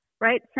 right